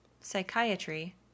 psychiatry